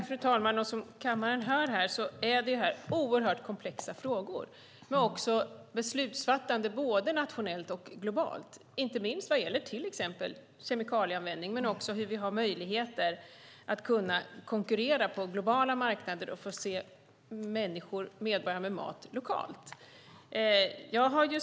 Fru talman! Som kammaren hör är detta oerhört komplexa frågor. Vi har också beslutsfattande både nationellt och globalt, inte minst vad gäller till exempel kemikalieanvändning men även när det gäller möjligheter att konkurrera på globala marknader och att förse människor och medborgare med mat lokalt.